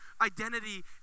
identity